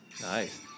Nice